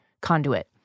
conduit